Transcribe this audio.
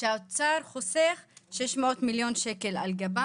שעושות עבודה מצוינת בנושא